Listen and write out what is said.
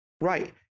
right